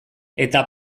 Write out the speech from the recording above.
eta